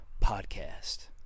Podcast